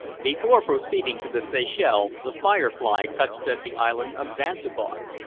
before proceeding to the seychelles, the firefly touched at the island of zanzibar,